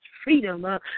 Freedom